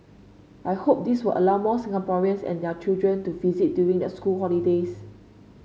I hope this will allow more Singaporeans and their children to visit during the school holidays